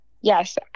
Yes